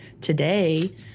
today